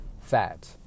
fat